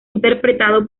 interpretado